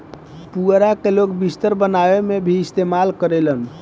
पुआरा के लोग बिस्तर बनावे में भी इस्तेमाल करेलन